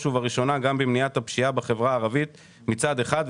ובראשונה במניעת פשיעה בחברה הערבית מצד אחד,